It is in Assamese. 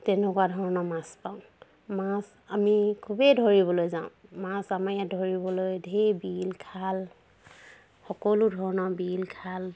তেনেকুৱা ধৰণৰ মাছ পাওঁ মাছ আমি খুবেই ধৰিবলৈ যাওঁ মাছ আমি ধৰিবলৈ ধেৰ বিল খাল সকলো ধৰণৰ বিল খাল